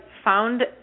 found